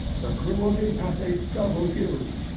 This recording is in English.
the cruelty hath a double guilt,